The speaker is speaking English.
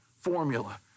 formula